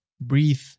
Breathe